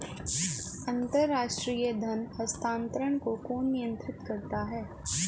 अंतर्राष्ट्रीय धन हस्तांतरण को कौन नियंत्रित करता है?